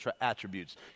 attributes